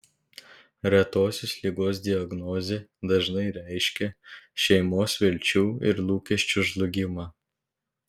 retosios ligos diagnozė dažnai reiškia šeimos vilčių ir lūkesčių žlugimą